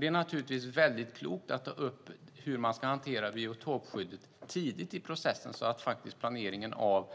Det är naturligtvis mycket klokt att ta upp hur man ska hantera biotopskyddet tidigt i processen så att planeringen av